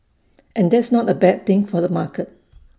and that's not A bad thing for the market